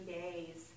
days